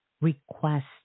request